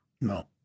No